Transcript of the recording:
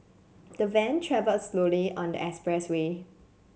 the van travelled slowly on the expressway